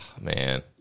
Man